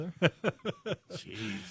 Jeez